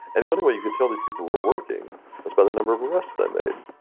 and the only way you could tell these people were working was by the number of arrests they made.